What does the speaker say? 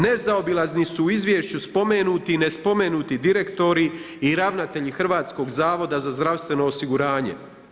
Nezaobilazni su u izvješću spomenuti, nespomenuti direktori i ravnatelji Hrvatskog zavoda za zdravstveno osiguranje.